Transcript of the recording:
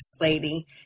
lady